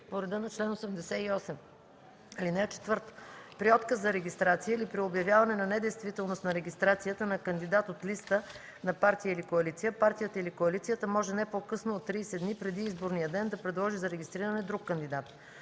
по реда на чл. 88. (4) При отказ за регистрация или при обявяване на недействителност на регистрацията на кандидат от листа на партия или коалиция партията или коалицията може не по-късно от 30 дни преди изборния ден да предложи за регистриране друг кандидат.